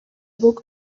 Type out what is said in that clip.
book